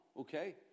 okay